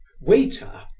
waiter